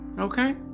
Okay